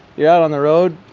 you're out on the road.